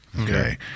Okay